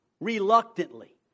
reluctantly